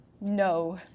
No